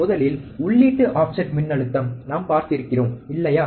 முதலில் உள்ளீட்டு ஆஃப்செட் மின்னழுத்தம் நாம் பார்த்திருக்கிறோம் இல்லையா